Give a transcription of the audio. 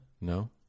No